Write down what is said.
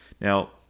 Now